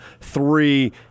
Three